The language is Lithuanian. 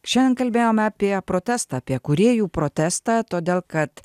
šiandien kalbėjome apie protestą apie kūrėjų protestą todėl kad